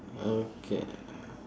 okay